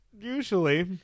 Usually